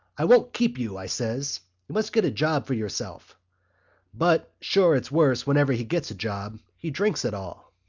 i won't keep you i says. you must get a job for yourself but, sure, it's worse whenever he gets a job he drinks it all.